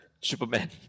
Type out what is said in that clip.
Superman